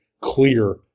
clear